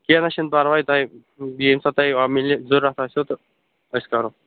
کیٚنٛہہ نا چھِنہٕ پرواے تۄہہِ بیٚیہِ ییٚمہِ ساتہٕ تۄہہِ میلہِ ضروٗرت آسٮ۪و تہٕ أسۍ کَرَو